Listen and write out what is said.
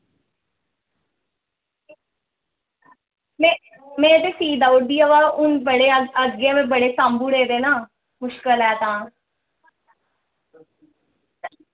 मैं मैं ते सी देऊड़दी वा हू'न बड़े अग्गे मैं बड़े साम्भुड़े दे ना मुश्कल ऐ तां